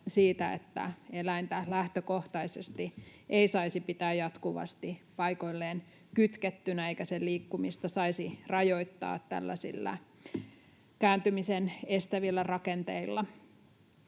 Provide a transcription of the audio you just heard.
että eläintä lähtökohtaisesti ei saisi pitää jatkuvasti paikoilleen kytkettynä eikä sen liikkumista saisi rajoittaa tällaisilla kääntymisen estävillä rakenteilla.